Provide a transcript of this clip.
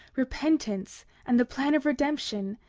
repentance and the plan of redemption,